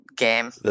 game